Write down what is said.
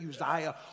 Uzziah